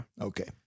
okay